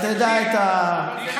אני דיברתי עם ראשי רשויות ביהודה ושומרון,